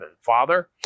Father